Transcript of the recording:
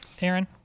Aaron